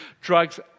drugs